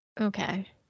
Okay